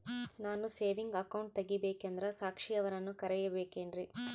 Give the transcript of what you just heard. ನಾನು saving account ತೆಗಿಬೇಕಂದರ ಸಾಕ್ಷಿಯವರನ್ನು ಕರಿಬೇಕಿನ್ರಿ?